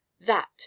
That